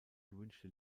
gewünschte